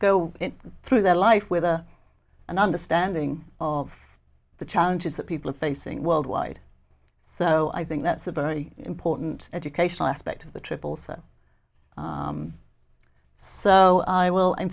go through their life with an understanding of the challenges that people are facing worldwide so i think that's a very important educational aspect of the triple threat so i will in